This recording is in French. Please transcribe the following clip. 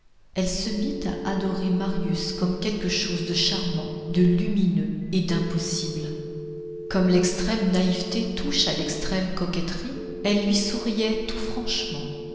elle se mit à adorer marius comme quelque chose de charmant de lumineux et d'impossible comme l'extrême naïveté touche à l'extrême coquetterie elle lui souriait tout franchement